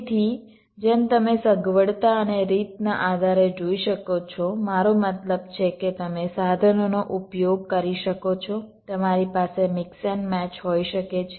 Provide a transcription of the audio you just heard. તેથી જેમ તમે સગવડતા અને રીતના આધારે જોઈ શકો છો મારો મતલબ છે કે તમે સાધનોનો ઉપયોગ કરી શકો છો તમારી પાસે મિક્સ એન્ડ મેચ હોઇ શકે છે